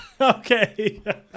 Okay